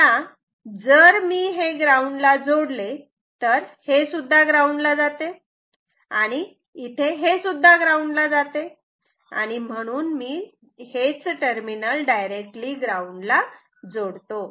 आता जर मी हे ग्राऊंडला जोडले तर हे सुद्धा ग्राउंडला जाते आणि हे सुद्धा ग्राउंडला जाते आणि म्हणून मी हे टर्मिनल डायरेक्टली ग्राऊंडला जोडतो